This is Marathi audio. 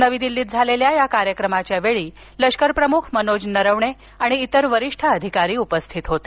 नवी दिल्लीत झालेल्या या कार्यक्रमावेळी लष्कर प्रमुख मनोज नरवणे आणि इतर वरिष्ठ अधिकारी उपस्थित होते